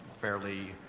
fairly